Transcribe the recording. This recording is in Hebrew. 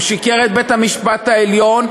הוא שיקר לבית-המשפט העליון,